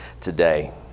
today